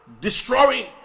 destroying